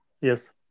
Yes